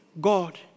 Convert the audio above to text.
God